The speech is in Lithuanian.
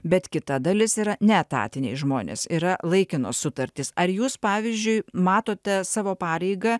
bet kita dalis yra neetatiniai žmonės yra laikinos sutartys ar jūs pavyzdžiui matote savo pareigą